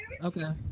Okay